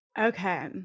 Okay